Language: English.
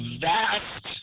vast